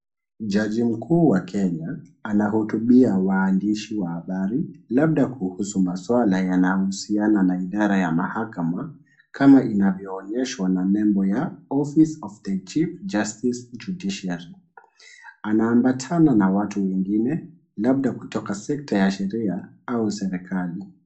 Jaji mkuu wa Kenya, anahutubia waandishi wa habari, labda kuhusu maswala yanahusiana na idara ya mahakama kama inavyoonyeshwa na nembo ya Office of the Chief Justice Judiciary. Anaambatana na watu wengine labda kutoka sector ya sheria au serikali.